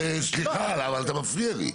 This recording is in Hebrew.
סליחה אבל אתה מפריע לי.